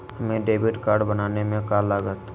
हमें debit card बनाने में का लागत?